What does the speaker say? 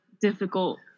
difficult